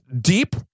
deep